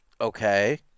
okay